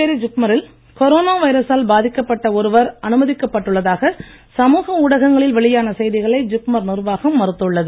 புதுச்சேரி ஜிப்மரில் கொரோனா வைரசால் பாதிக்கப்பட்ட ஒருவர் அனுமதிக்கப் பட்டுள்ளதாக சமூக ஊடகங்களில் வெளியான செய்திகளை ஜிப்மர் நிர்வாகம் மறுத்துள்ளது